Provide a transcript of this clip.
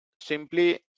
simply